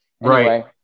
Right